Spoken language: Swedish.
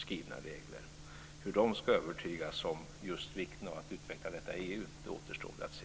Hur de där ska övertygas om just vikten av att utveckla detta i EU återstår väl att se.